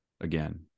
again